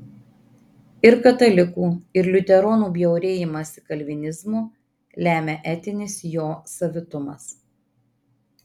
ir katalikų ir liuteronų bjaurėjimąsi kalvinizmu lemia etinis jo savitumas